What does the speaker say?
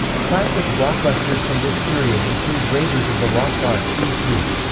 classic blockbusters from this period include raiders of the lost ark, e t.